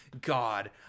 God